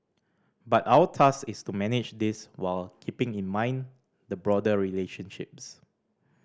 but our task is to manage this while keeping in mind the broader relationships